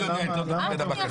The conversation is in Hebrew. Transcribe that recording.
אני יודע יותר טוב ממנה מה כתוב.